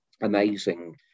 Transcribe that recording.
amazing